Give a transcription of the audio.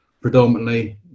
predominantly